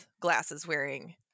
glasses-wearing